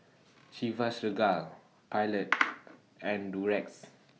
Chivas Regal Pilot and Durex